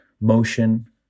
motion